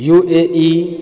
U A E